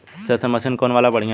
Thresher machine कौन वाला बढ़िया रही?